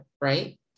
right